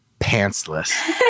pantsless